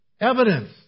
Evidence